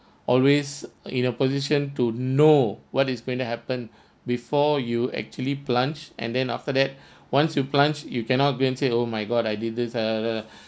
always in a position to know what is going to happen before you actually plunge and then after that once you plunge you cannot go and say oh my god I didn't